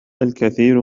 الكثير